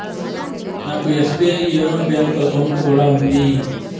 నాకు SBI YONO bank account కూడా ఉంది